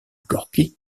gorki